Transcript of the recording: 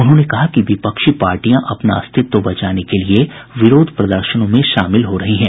उन्होंने कहा कि विपक्षी पार्टियां अपना अस्तित्व बचाने के लिए विरोध प्रदर्शनों में शामिल हो रही हैं